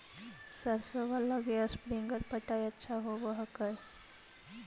सरसोबा लगी स्प्रिंगर पटाय अच्छा होबै हकैय?